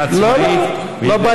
היא עצמאית, לא, לא.